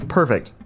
perfect